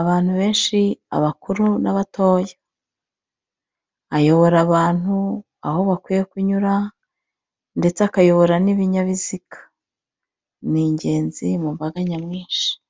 abantu benshi abakuru n'abatoya, ayobora abantu aho bakwiye kunyura ndetse akayobora n'ibinyabiziga. Ni ingenzi mu mbaga nyamwinshi.